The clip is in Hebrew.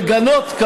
כדי לגנות,